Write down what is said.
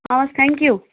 हवस् thank you